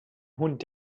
hund